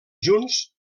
junts